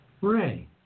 Ray